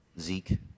Zeke